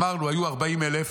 אמרנו, היו 40,000,